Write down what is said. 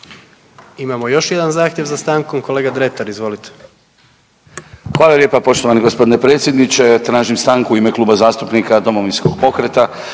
Imamo još jedan zahtjev za stankom. Kolega Dretar, izvolite. **Dretar, Davor (DP)** Hvala lijepa poštovani gospodine predsjedniče. Tražim stanku u ime Kluba zastupnika Domovinskog pokreta